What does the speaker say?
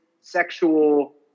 sexual